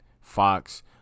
Fox